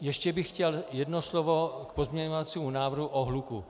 Ještě bych chtěl jedno slovo k pozměňovacímu návrhu o hluku.